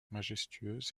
majestueuse